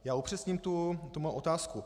Já upřesním tu svou otázku.